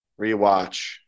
rewatch